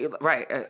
right